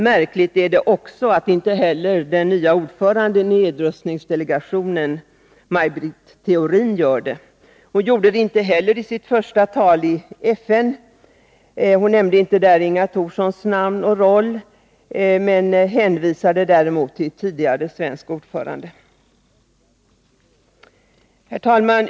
Märkligt är det också att inte heller den nya ordföranden i nedrustningsdelegationen Maj Britt Theorin gör det. Också i sitt första tal i FN underlät hon att nämna Inga Thorssons namn och roll, men hänvisade däremot till tidigare svensk ordförande. Herr talman!